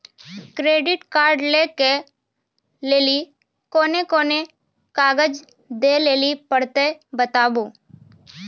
Credit card लै के लेली कोने कोने कागज दे लेली पड़त बताबू?